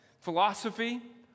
philosophy